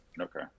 okay